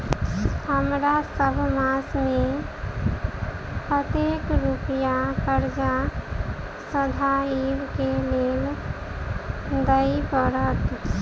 हमरा सब मास मे कतेक रुपया कर्जा सधाबई केँ लेल दइ पड़त?